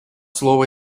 слово